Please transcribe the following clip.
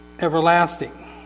everlasting